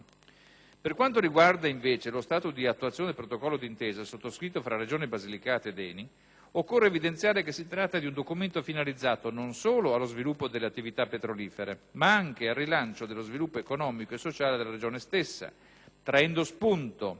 Per quanto riguarda, invece, lo stato di attuazione del protocollo d'intesa sottoscritto tra Regione Basilicata ed ENI, occorre evidenziare che si tratta di un documento finalizzato non solo allo sviluppo delle attività petrolifere, ma anche al rilancio dello sviluppo economico e sociale della Regione stessa, traendo spunto